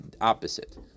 opposite